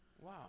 Wow